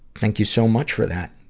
thank you so much for that.